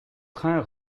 train